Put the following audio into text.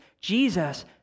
Jesus